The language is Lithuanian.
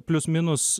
plius minus